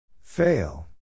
Fail